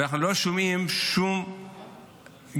ואנחנו לא שומעים שום גינוי,